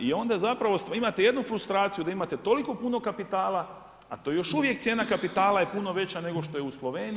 I onda zapravo imate jednu frustraciju da imate toliko puno kapitala, a to još uvijek cijena kapitala je puno veća nego što je u Sloveniji.